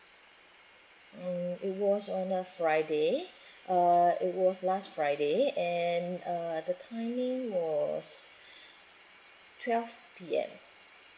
mm it was on friday uh it was last friday and uh the timing was twelve P_M